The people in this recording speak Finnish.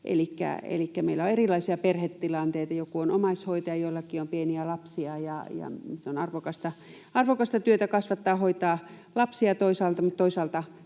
meillä on erilaisia perhetilanteita: joku on omaishoitaja, jollakin on pieniä lapsia. Se on toisaalta arvokasta työtä kasvattaa ja hoitaa lapsia, mutta toisaalta